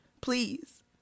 please